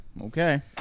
okay